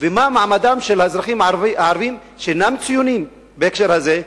ומה מעמדם של האזרחים הערבים שאינם ציונים בהקשר הזה?